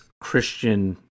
Christian